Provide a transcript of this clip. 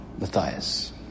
Matthias